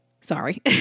sorry